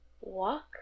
walk